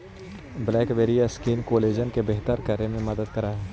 blackberry skin collagen के बेहतर करे में मदद करऽ हई